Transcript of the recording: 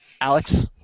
Alex